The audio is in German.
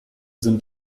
sind